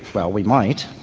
well, we might,